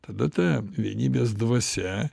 tada ta vienybės dvasia